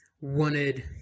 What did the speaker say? wanted